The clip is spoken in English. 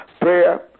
prayer